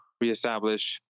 reestablish